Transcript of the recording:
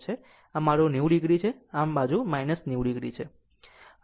આ બાજુ 90 o છે આ બાજુ છે 90 o